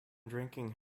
drinking